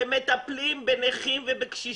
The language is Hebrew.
שמטפלים בנכים ובקשישים.